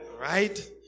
Right